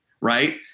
right